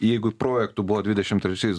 jeigu projektų buvo dvidešimt trečiais